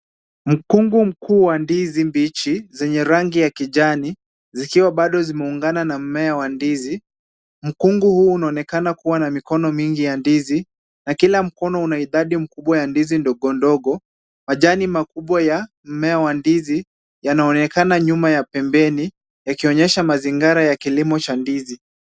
Mkungu mkuu wa ndizi mbichi zenye rangi ya kijani zikiwa bado zimeungana na mmea wa ndizi. Mkungu huu unaonekana kuwa na mikono mingi ya ndizi na kila mkono una idadi mkubwa ya ndizi ndogo ndogo. Majani makubwa ya mmea wa ndizi yanaonekana nyuma ya pembeni yakionyesha mazingara ya kilimo cha ndizi.